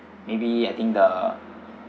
maybe I think the